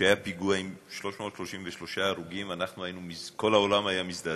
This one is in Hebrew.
שהיה פיגוע עם 333 הרוגים, כל העולם היה מזדעזע.